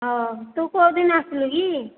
ହଁ ତୁ କେଉଁଦିନ ଆସିଲୁ କି